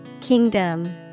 Kingdom